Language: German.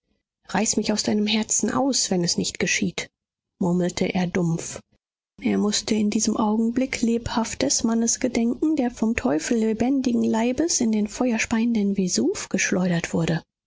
reiß mich aus deinem herzen aus wenn es nicht geschieht murmelte er dumpf er mußte in diesem augenblick lebhaft des mannes gedenken der vom teufel lebendigen leibes in den feuerspeienden vesuv geschleudert wurde